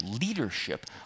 leadership